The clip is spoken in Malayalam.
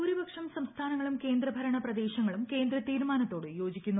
ഭൂരിപക്ഷം സംസ്ഥാനങ്ങളും കേന്ദ്ര ഭരണൂ പ്രദേശങ്ങളും കേന്ദ്ര തീരുമാനത്തോട് യോജിക്കുന്നു